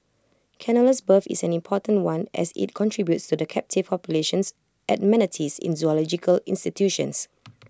Canola's birth is an important one as IT contributes to the captive populations at manatees in zoological institutions